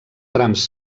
trams